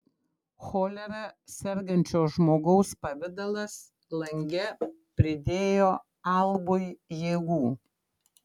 cholera sergančio žmogaus pavidalas lange pridėjo albui jėgų